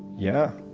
yeah.